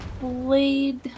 blade